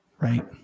right